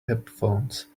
headphones